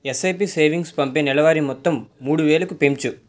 SIP savings పంపే నెలవారీ మొత్తం మూడువేలుకి పెంచు